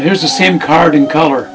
here's the same card in color